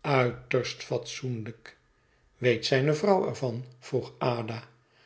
uiterst fatsoenlijk weet zijne vrouw er van vroeg ada